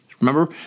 remember